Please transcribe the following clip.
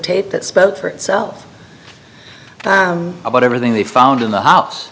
tape that spoke for itself about everything they found in the house